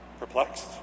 Perplexed